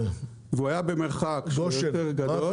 והוא היה במרחק שהוא יותר גדול.